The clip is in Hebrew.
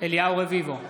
אליהו רביבו,